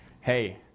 hey